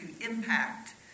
impact